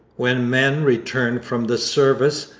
when men returned from the service,